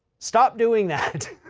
stop doing that.